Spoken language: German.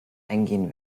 eingehen